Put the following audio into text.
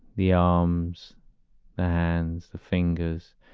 the arms and the fingers,